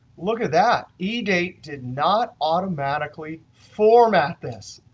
look at that. edate did not automatically format this.